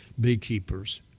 beekeepers